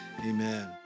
Amen